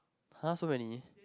[huh] so many